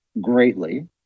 greatly